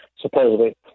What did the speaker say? supposedly